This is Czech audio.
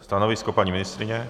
Stanovisko, paní ministryně?